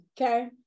okay